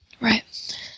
Right